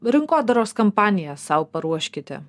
rinkodaros kampaniją sau paruoškite